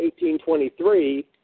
18.23